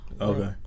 Okay